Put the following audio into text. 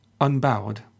unbowed